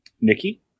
Nikki